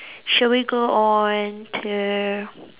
shall we go on to